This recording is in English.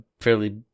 fairly